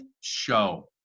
show